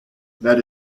that